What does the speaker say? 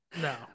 No